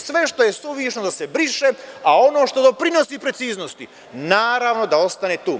Sve što je suvišno da se briše, a ono što doprinosi preciznosti naravno da ostane tu.